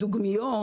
ודוגמיות,